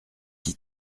qui